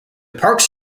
parks